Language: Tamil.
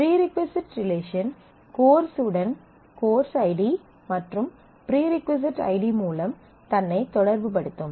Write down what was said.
ப்ரீ ரிக்வசைட் ரிலேஷன் கோர்ஸ் உடன் கோர்ஸ் ஐடி மற்றும் ப்ரீ ரிக்வசைட் ஐடி மூலம் தன்னைத் தொடர்புபடுத்தும்